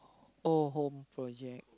or home project